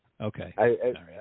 Okay